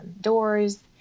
doors